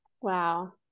Wow